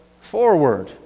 forward